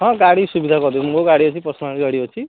ହଁ ଗାଡ଼ି ସୁବିଧା କରିଦେବି ମୋର ଗାଡ଼ି ଅଛି ପର୍ସୋନାଲ୍ ଗାଡ଼ି ଅଛି